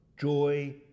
joy